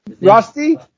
Rusty